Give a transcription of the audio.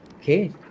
Okay